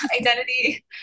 identity